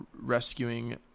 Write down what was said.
rescuing